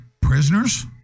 prisoners